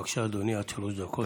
בבקשה, אדוני, עד שלוש דקות לרשותך.